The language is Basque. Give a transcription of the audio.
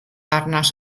arnas